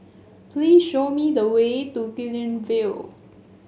please show me the way to Guilin View